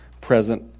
present